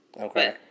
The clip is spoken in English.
Okay